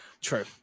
True